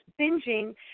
binging